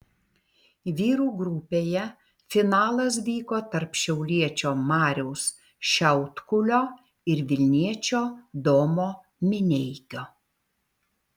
vyrų grupėje finalas vyko tarp šiauliečio mariaus šiaudkulio ir vilniečio domo mineikio